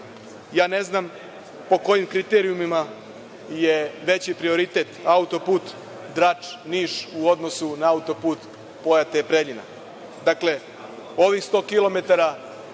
ne znam po kojim kriterijumima je veći prioritet autoput Drač – Niš, u odnosu na autoput Pojate – Preljina. Dakle, ovih 100